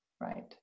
Right